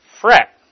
fret